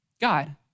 God